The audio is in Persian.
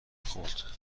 خورد